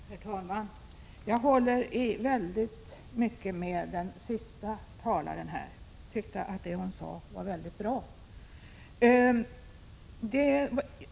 Herr talman! Jag håller i väldigt mycket med den senaste talaren. Jag tyckte att det hon sade var mycket bra.